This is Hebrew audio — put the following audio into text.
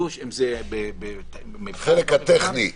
זה החלק הטכני.